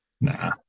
Nah